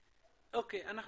הדברים,